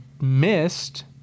missed